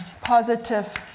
positive